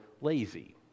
lazy